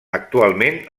actualment